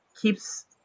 keeps